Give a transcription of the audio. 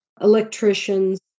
electricians